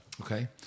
Okay